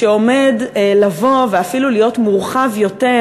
שעומד לבוא ואפילו להיות מורחב יותר,